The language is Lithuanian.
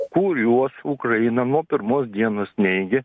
kuriuos ukraina nuo pirmos dienos neigė